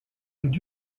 und